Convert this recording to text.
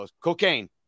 cocaine